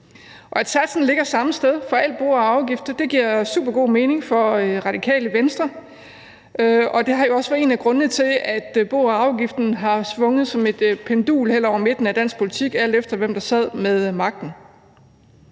Og at satsen ligger samme sted for alle bo- og arveafgifter giver super god mening for Radikale Venstre, og det har jo også været en af grundene til, at bo- og arveafgiften har svinget som et pendul hen over midten på dansk politik, alt efter hvem der sad med magten.